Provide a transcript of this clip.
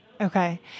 Okay